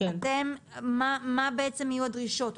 מה בעצם יהיו הדרישות?